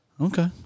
Okay